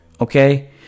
okay